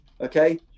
Okay